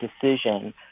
decision